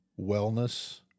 wellness